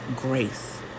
grace